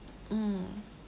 mm